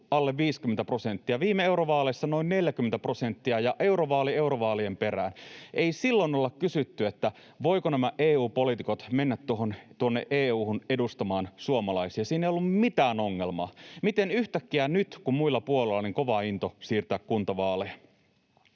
alle 50 prosenttia, viime eurovaaleissa noin 40 prosenttia ja eurovaali eurovaalien perään. Ei silloin olla kysytty, voivatko nämä EU-poliitikot mennä EU:hun edustamaan suomalaisia. Siinä ei ole ollut mitään ongelmaa, miten yhtäkkiä on nyt, kun muilla puolueilla on niin kova into siirtää kuntavaaleja?